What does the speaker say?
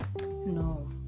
No